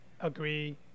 agree